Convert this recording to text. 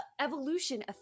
evolution